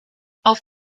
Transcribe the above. auf